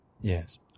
Yes